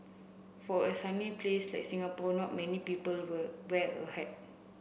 for a sunny place like Singapore not many people were wear a hat